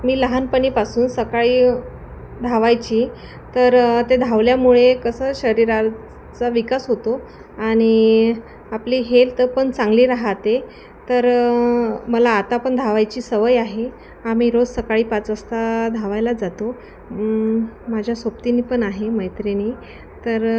मी लहानपणापासून सकाळी धावायची तर ते धावल्यामुळे कसं शरीराचा विकास होतो आणि आपली हेल्थ पण चांगली राहाते तर मला आता पण धावायची सवय आहे आम्ही रोज सकाळी पाच वाजता धावायला जातो माझ्या सोबतीने पण आहे मैत्रिणी तर